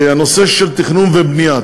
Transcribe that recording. הנושא של תכנון ובנייה.